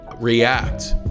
react